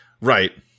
right